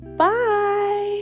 bye